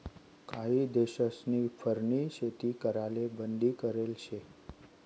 काही देशस्नी फरनी शेती कराले बंदी करेल शे